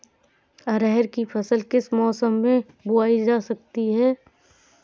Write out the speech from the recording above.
अरहर की फसल किस किस मौसम में बोई जा सकती है?